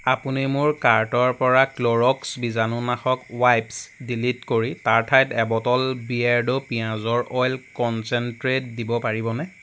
আপুনি মোৰ কাৰ্টৰ পৰা ক্ল'ৰ'ক্স বীজাণুনাশক ৱাইপ্ছ ডিলিট কৰি তাৰ ঠাইত এবটল বিয়েৰ্ডো পিঁয়াজৰ অইল কন্চেনট্ৰেট দিব পাৰিবনে